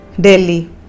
Delhi